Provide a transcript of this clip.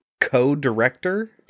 co-director